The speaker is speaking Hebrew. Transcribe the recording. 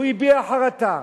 והוא הביע חרטה.